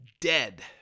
dead